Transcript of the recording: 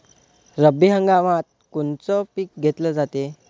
रब्बी हंगामात कोनचं पिक घेतलं जाते?